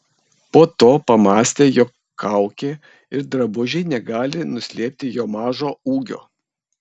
po to pamąstė jog kaukė ir drabužiai negali nuslėpti jo mažo ūgio